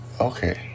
Okay